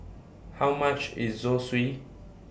How much IS Zosui